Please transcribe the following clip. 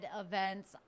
events